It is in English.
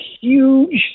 huge